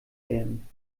lernen